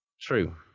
true